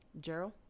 Gerald